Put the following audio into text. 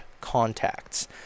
contacts